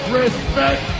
respect